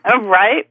right